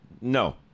No